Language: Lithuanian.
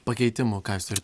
pakeitimų ką jūs turit